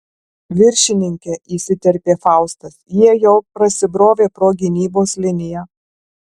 viršininke įsiterpė faustas jie jau prasibrovė pro gynybos liniją